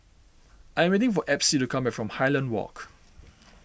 I am waiting for Epsie to come back from Highland Walk